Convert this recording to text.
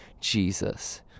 Jesus